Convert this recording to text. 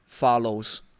follows